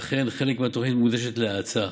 ולכן חלק מהתוכנית מוקדש להאצה,